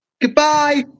Goodbye